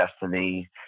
destiny